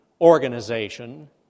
organization